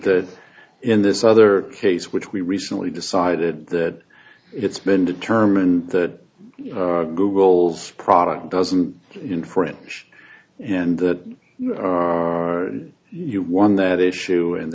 that in this other case which we recently decided that it's been determined that google's product doesn't infringe and that one that issue and